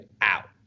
out